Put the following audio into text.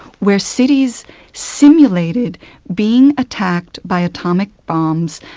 where cities simulated being attacked by atomic bombs.